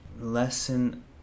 lesson